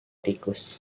tikus